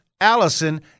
Allison